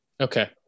Okay